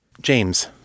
James